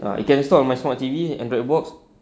ah you can install on smart T_V Android box